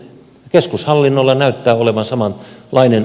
keskushallinnolla näyttää olevan samanlainen rooli